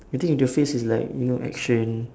you think if the face is like you know action